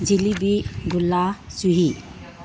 ꯖꯤꯂꯤꯕꯤ ꯒꯨꯂꯥ ꯆꯨꯍꯤ